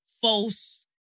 false